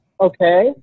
Okay